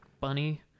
bunny